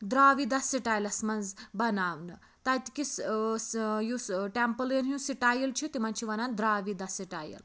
دراوِدا سِٹایلَس مَنٛز بَناونہٕ تَتکِس یُس ٹیمپلن ہُنٛد سِٹایِل چھُ تِمَن چھِ وَنان دراوِدا سِٹایل